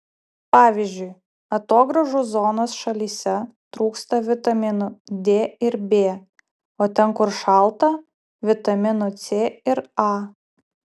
pavyzdžiui atogrąžų zonos šalyse trūksta vitaminų d ir b o ten kur šalta vitaminų c ir a